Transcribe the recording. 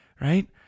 right